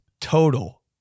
total